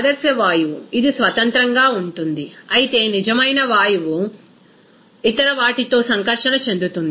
ఆదర్శ వాయువు ఇది స్వతంత్రంగా ఉంటుంది అయితే నిజమైన వాయువు ఇతర వాటితో సంకర్షణ చెందుతుంది